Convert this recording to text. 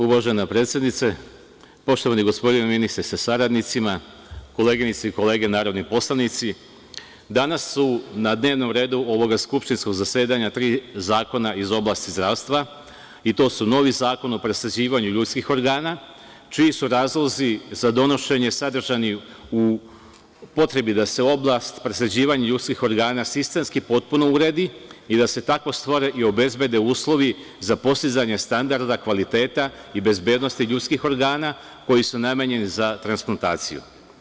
Uvažena predsednice, poštovani gospodine ministre sa saradnicima, koleginice i kolege narodni poslanici, danas su na dnevnom redu ovog skupštinskog zasedanja tri zakona iz oblasti zdravstva i to su: novi zakon o presađivanju ljudskih organa, čiji su razlozi za donošenje sadržani u potrebi da se oblast presađivanja ljudskih organa sistemski potpuno uredi i da se tako stvore i obezbede uslovi za postizanje standarda kvaliteta i bezbednosti ljudskih organa koji su namenjeni za transplantaciju.